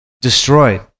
Destroyed